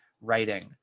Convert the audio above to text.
writing